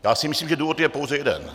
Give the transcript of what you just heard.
Já si myslím, že důvod je pouze jeden.